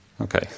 Okay